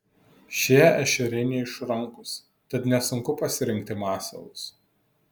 šie ešeriai neišrankūs tad nesunku pasirinkti masalus